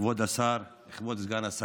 כבוד השר, כבוד סגן השר,